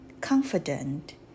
confident